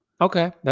Okay